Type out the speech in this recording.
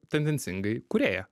tendencingai kūrėja